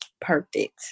perfect